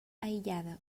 aïllada